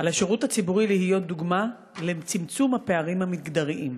ומכיוון שעל השירות הציבורי להיות דוגמה לצמצום הפערים המגדריים,